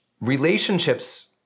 Relationships